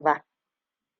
ba